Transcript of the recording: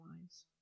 lives